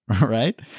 right